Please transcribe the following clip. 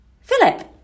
Philip